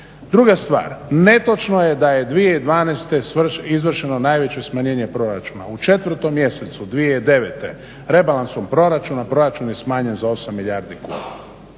Druga stvar, netočno je da je 2012.izvršeno najveće smanjenje proračuna. U 4.mjesecu 2009.rebalansom proračuna proračun je smanjen za 8 milijardi kuna.